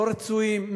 לא רצויים,